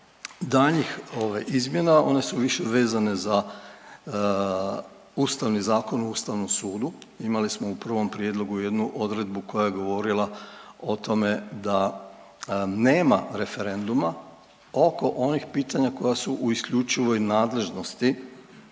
daljnjih izmjena, one su više vezane za Ustavni zakon o Ustavnom sudu. Imali smo u prvom prijedlogu jednu odredbu koja je govorila o tome da nema referenduma oko onih pitanja koja su u isključivoj nadležnosti